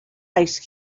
ice